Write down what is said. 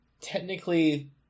technically